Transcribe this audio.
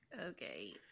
okay